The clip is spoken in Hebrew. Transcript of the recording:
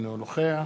אינו נוכח